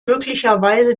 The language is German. möglicherweise